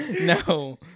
No